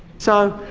so,